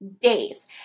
Days